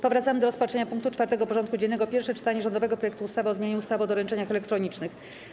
Powracamy do rozpatrzenia punktu 4. porządku dziennego: Pierwsze czytanie rządowego projektu ustawy o zmianie ustawy o doręczeniach elektronicznych.